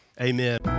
amen